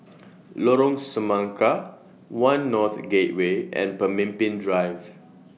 Lorong Semangka one North Gateway and Pemimpin Drive